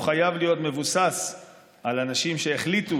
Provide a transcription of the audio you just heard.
הוא חייב להיות מבוסס על אנשים שהחליטו